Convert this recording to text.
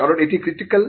কারণ এটি ক্রিটিকাল